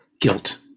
guilt